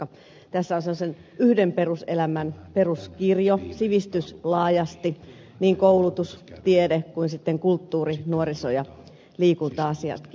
tässä on sellaisen yhden peruselämän peruskirjo sivistys laajasti niin koulutus tiede kuin sitten kulttuuri nuoriso ja liikunta asiatkin